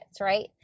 right